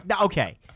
Okay